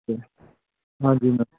ਜੀ ਹਾਂਜੀ ਮੈਮ